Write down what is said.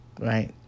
Right